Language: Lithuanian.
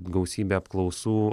gausybė apklausų